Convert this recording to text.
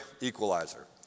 equalizer